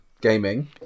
Gaming